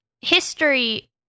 history